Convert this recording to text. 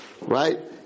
right